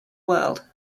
world